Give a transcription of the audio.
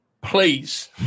Please